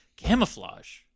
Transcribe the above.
camouflage